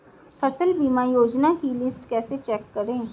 फसल बीमा योजना की लिस्ट कैसे चेक करें?